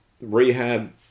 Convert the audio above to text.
rehab